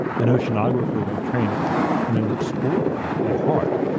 an oceanographer by training and an explorer at heart,